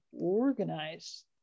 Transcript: organize